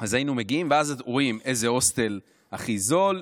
אז היינו מגיעים ואז רואים איזה הוסטל הכי זול,